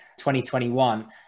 2021